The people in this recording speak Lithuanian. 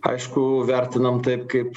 aišku vertinam taip kaip